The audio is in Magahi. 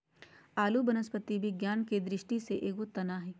आलू वनस्पति विज्ञान के दृष्टि से एगो तना हइ